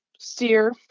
steer